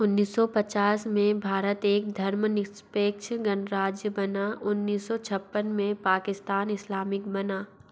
उन्नीस सौ पचास में भारत एक धर्मनिरपेक्ष गणराज्य बना उन्नीस सौ छप्पन में पाकिस्तान इस्लामिक बना